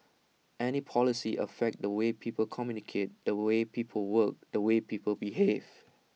any policies affect the way people communicate the way people work the way people behave